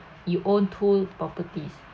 you own two properties